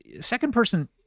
Second-person